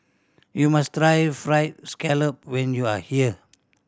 you must try Fried Scallop when you are here